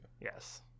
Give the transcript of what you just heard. Yes